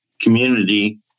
community